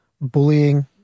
bullying